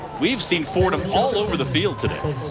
we've seen fordham all over the field today.